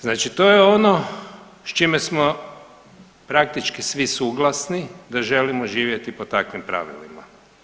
Znači to je ono s čime smo praktički svi suglasni da želimo živjeti po takvim pravilima.